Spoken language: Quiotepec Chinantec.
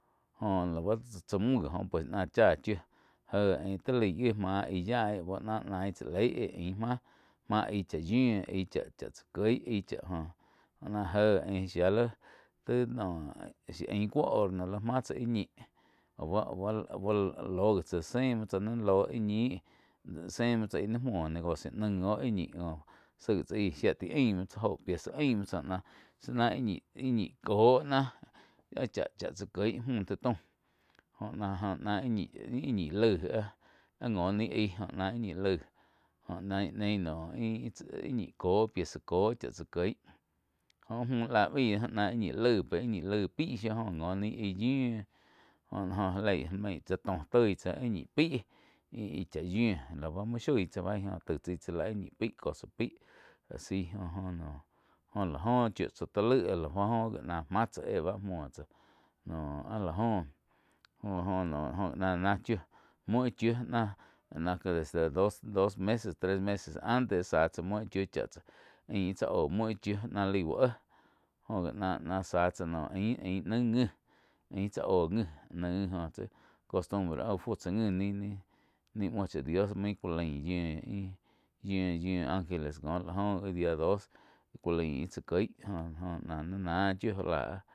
Jó la báh tsá muh gi oh pues náh chá chiu jé ain ti laig gi máh aig yái náh, naí chá lei gi ain máh, máh aig chá yiuh aíh cha-cha tsá kieg cha joh náh jéh shia lí ti noh ain cuo horno máh tsá ih ñih au ba-au bá loh gi tsá zé muo tsá ni ló áh ñih zéh muo tsá ih ni muoh negocio naig óh koh zaig tsá aíh shia tai aim muo tsá jóh pieza aim muo tsá náh íh ñi-íh ñi kó ná áh cha-cha tsá kieg mü taig taum jo ná- jo ná íh ñi laig áh. Áh ngo ni aí náh áh ñi laig jó nein-nein íh tsá ih ñih kóo pieza kóo chá tsá kieg jóh áh müh lá baí do náh áh ñi laig pi shiu joh ngo ní aig yiu joh já leí tsá tó toig tsáh íh ñih pei íh-íh chá yiu lau múo shoi tsá bei góh taig tsaí chá já la íh ñi péi asi jo-jo lá joh chiu tsá to laig áh la góh gi náh máh tsá éh muo tsáh noh áh la joh. Joh náh náh chiu muo íh chiu náh de dos meses tres meses antes záh tsá muo íh chiu cháh ain íh tsá oh muo náh laih úh éh jó gi ná-ná zá tsáh ain-ain naig ngi, ain tsá óh ngi jó costumbre áh uh fu ngi nai-nai ni muo chá dio mein ku lain yiu, yiu-yiu ángeles joh la óh gi áh dia dos kú lain ih tsá kiei jóh náh nai náh chiu já láh.